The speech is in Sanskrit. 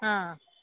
हा